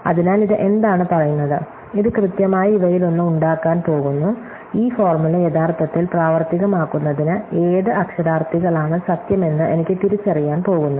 അതിനാൽ ഇത് എന്താണ് പറയുന്നത് ഇത് കൃത്യമായി ഇവയിലൊന്ന് ഉണ്ടാക്കാൻ പോകുന്നു ഈ ഫോർമുല യഥാർത്ഥത്തിൽ പ്രാവർത്തികമാക്കുന്നതിന് ഏത് അക്ഷരാർത്ഥികളാണ് സത്യമെന്ന് എനിക്ക് തിരിച്ചറിയാൻ പോകുന്നു